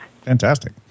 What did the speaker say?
Fantastic